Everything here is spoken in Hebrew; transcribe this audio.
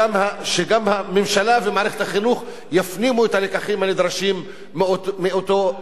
שהממשלה ומערכת החינוך יפנימו את הלקחים הנדרשים מאותו אירוע טרגי.